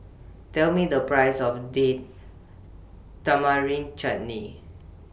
Tell Me The Price of Date Tamarind Chutney